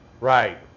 right